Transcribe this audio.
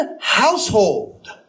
household